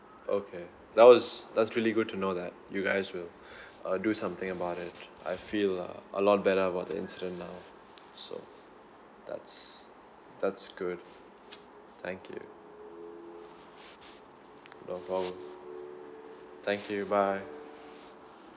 okay that was that's really good to know that you guys will uh do something about it I feel a lot better about the incident now so that's that's good thank you no problem thank you bye